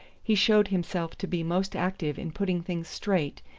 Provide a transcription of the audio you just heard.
he showed himself to be most active in putting things straight,